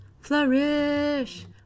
flourish